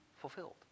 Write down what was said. fulfilled